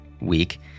week